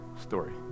story